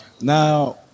Now